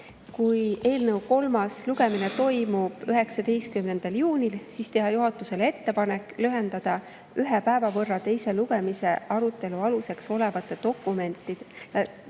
Kui eelnõu kolmas lugemine toimub 19. juunil, siis teha juhatusele ettepanek lühendada ühe päeva võrra Riigikogu liikmetele kolmanda lugemise arutelu aluseks olevate dokumentide